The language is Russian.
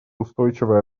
устойчивое